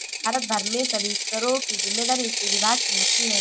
भारत भर में सभी करों की जिम्मेदारी इसी विभाग की होती है